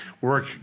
work